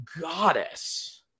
Goddess